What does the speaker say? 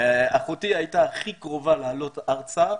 ואחותי הייתה הכי קרובה לעלות ארצה.